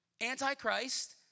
anti-Christ